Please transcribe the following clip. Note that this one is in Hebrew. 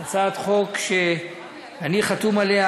הצעת חוק שאני חתום עליה,